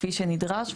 כפי שנדרש,